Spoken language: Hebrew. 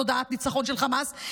תודעת ניצחון של חמאס,